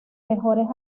mejores